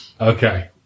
Okay